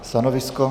Stanovisko?